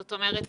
זאת אומרת,